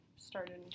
Started